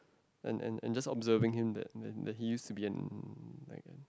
and and and just observing him that that that he used to be an like